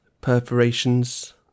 perforations